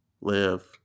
live